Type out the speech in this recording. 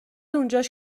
اونجاش